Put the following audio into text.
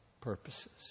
purposes